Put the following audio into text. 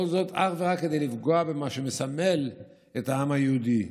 כל זאת אך ורק כדי לפגוע במה שמסמל את העם היהודי.